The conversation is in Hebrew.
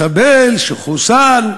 מחבל שחוסל.